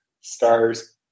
stars